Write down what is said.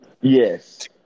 Yes